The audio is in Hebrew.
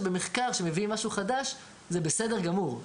ובמחקר שמביא משהו חדש זה בסדר גמור,